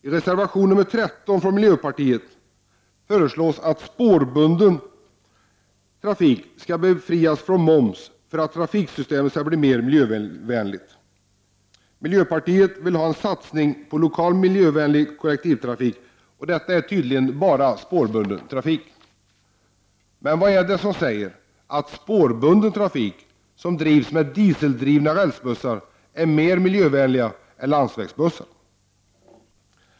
I reservation 13 från miljöpartiet föreslås att spårbunden trafik skall befrias från moms för att trafiksystemet skall bli mer miljövänligt. Miljöpartiet vill ha en satsning på lokal miljövänlig kollektivtrafik, och detta är tydligen bara spårbunden trafik. Men vad är det som säger att spårbunden trafik, som drivs med dieseldrivna rälsbussar, är mer miljövänlig än landsvägsbussar?